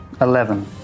Eleven